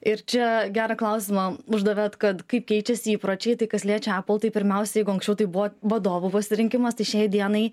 ir čia gerą klausimą uždavėt kad kaip keičiasi įpročiai tai kas liečia apple tai pirmiausiai jeigu anksčiau tai buvo vadovų pasirinkimas tai šiai dienai